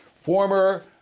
former